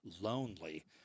lonely